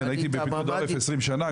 הייתי בפיקוד העורף 20 שנים,